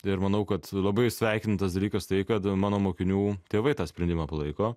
ir manau kad labai sveikintinas dalykas tai kad mano mokinių tėvai tą sprendimą palaiko